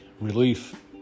relief